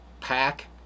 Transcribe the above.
pack